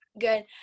good